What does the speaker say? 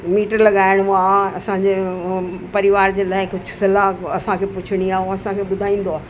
metre लॻाइणो आहे असांजे परिवार जे लाइ कुझु सलाह असांखे पुछणी आहे हू असांखे ॿुधाईंदो आहे